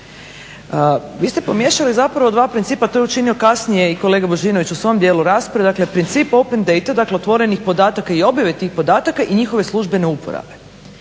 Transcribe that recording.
Vi ste pomiješali zapravo dva principa. To je učinio kasnije i kolega Božinović u svom dijelu rasprave. Dakle, princip open datea, dakle otvorenih podataka i objave tih podataka i njihove službene uporabe.